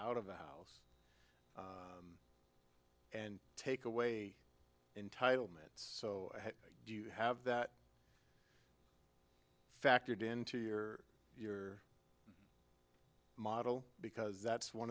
out of the house and take away in title minutes so do you have that factored into your your model because that's one